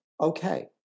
okay